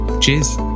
Cheers